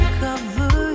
cover